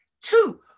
two